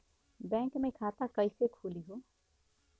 Bank मे खाता कईसे खुली हो?